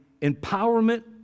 empowerment